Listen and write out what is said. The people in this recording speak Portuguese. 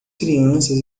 crianças